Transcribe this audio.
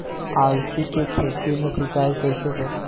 अलसी के खेती मे सिचाई कइसे करी?